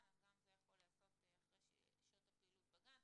אז גם זה יכול להיעשות אחרי שעות הפעילות בגן.